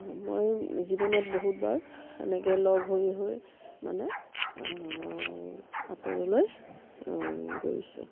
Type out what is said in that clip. মই জীৱনত বহুত বাৰ তেনেকৈ লগ হৈ হৈ মানে আঁতৰলৈ গৈছোঁ